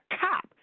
cop